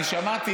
שומע?